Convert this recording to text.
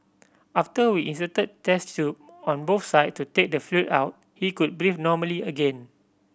after we inserted chest tube on both side to take the fluid out he could breathe normally again